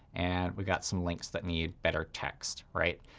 and we've got some links that need better text, right?